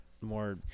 more